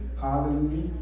hallelujah